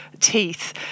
teeth